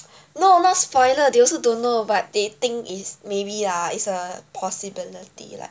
no not spoiler they also don't know but they think is maybe lah it's a possibility lah